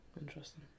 interesting